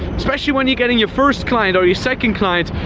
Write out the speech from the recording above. especially when you're getting your first client or your second client,